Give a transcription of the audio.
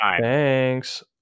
thanks